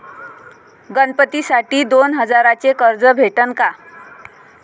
गणपतीसाठी दोन हजाराचे कर्ज भेटन का?